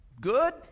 good